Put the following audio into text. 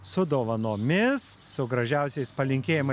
su dovanomis su gražiausiais palinkėjimais